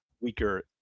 weaker